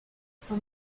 son